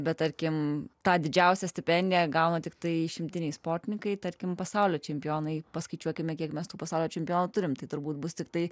bet tarkim tą didžiausią stipendiją gauna tiktai išimtiniai sportininkai tarkim pasaulio čempionai paskaičiuokime kiek mes tų pasaulio čempionų turime tai turbūt bus tiktai